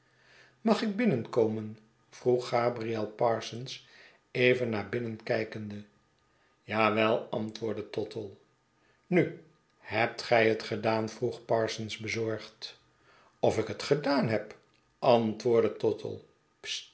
mag ik binnenkomen vroeg gabriel parsons even naar binnen kijkende ja wel antwoordde tottle nu hebt gij het gedaan vroeg parsons bezorgd of ik het gedaan heb antwoordde tottle